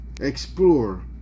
explore